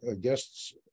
guests